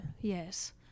yes